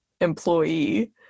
employee